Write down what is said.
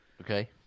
Okay